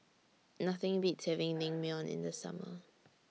Nothing Beats having Naengmyeon in The Summer